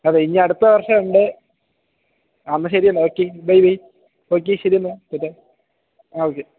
അതെ ഇനി അടുത്തവർഷം ഉണ്ട് എന്നാൽ ശരി എന്നാൽ ഓക്കേ ബൈ ബൈ ഓക്കെ ശരി എന്നാൽ റ്റാറ്റാ ആ ഓക്കെ